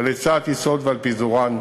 על היצע הטיסות ועל פיזורן,